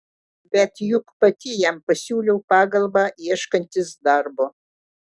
bet juk pati jam pasiūliau pagalbą ieškantis darbo